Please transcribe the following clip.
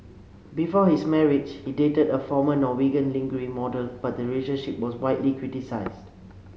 before his marriage he dated a former Norwegian lingerie model but the relationship was widely criticised